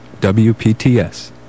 WPTS